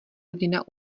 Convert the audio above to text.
hrdina